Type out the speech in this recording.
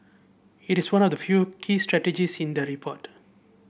it is one of the few key strategies in the report